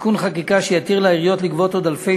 תיקון חקיקה שיתיר לעיריות לגבות עוד אלפי